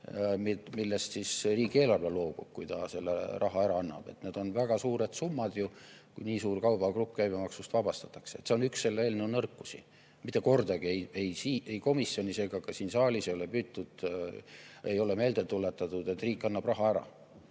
millest riigieelarve loobub, kui ta selle raha ära annab. Need on ju väga suured summad, kui nii suur kaubagrupp käibemaksust vabastatakse. See on üks selle eelnõu nõrkusi. Mitte kordagi ei komisjonis ega ka siin saalis ei ole meelde tuletatud, et riik annab raha ära.